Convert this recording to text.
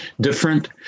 different